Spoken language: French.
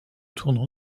tournant